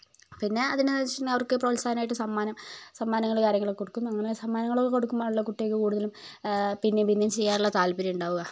പിന്നെ അതിനെ വെച്ച് അവർക്ക് പ്രോത്സാഹനം ആയിട്ട് സമ്മാനം സമ്മാനങ്ങള് കാര്യങ്ങള് ഒക്കെ കൊടുക്കും അങ്ങനെ സമ്മാനങ്ങള് കൊടുക്കുമ്പോളാണല്ലോ കുട്ടികൾക്ക് കൂടുതലും പിന്നെയും പിന്നെയും ചെയ്യാനുള്ള താല്പര്യം ഉണ്ടാകുക